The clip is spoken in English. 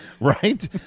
Right